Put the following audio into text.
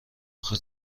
آخه